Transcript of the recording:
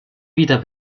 vita